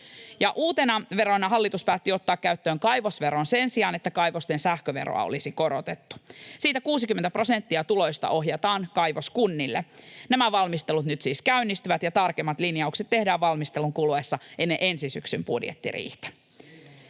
uutena verona hallitus päätti ottaa käyttöön kaivosveron sen sijaan, että kaivosten sähköveroa olisi korotettu. 60 prosenttia tuloista ohjataan kaivoskunnille. Nämä valmistelut nyt siis käynnistyvät, ja tarkemmat linjaukset tehdään valmistelun kuluessa ennen ensi syksyn budjettiriihtä.